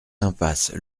impasse